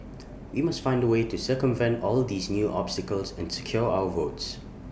we must find A way to circumvent all these new obstacles and secure our votes